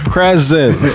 Present